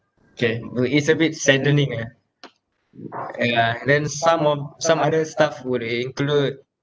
K where it's a bit saddening ah uh then some of some other stuff would include